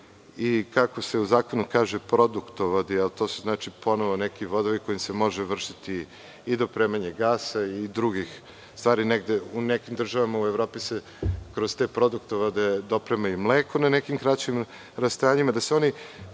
i, kako se u zakonu kaže, produktovodi, a to su ponovo neki vodovi kojim se može vršiti i dopremanje gasa i nekih drugih stvari. U nekim državama u Evropi se kroz te produktovode doprema i mleko na nekim kraćim rastojanjima,